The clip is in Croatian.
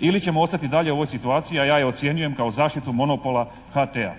ili ćemo ostati i dalje u ovoj situaciji, a ja je ocjenjujem kao zaštitu monopola HT-a.